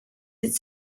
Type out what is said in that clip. its